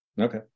Okay